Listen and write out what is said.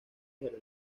hnos